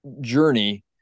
journey